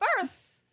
first